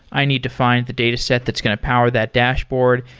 i need to find the dataset that's going to power that dashboard.